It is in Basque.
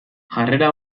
jarrera